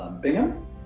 Bingham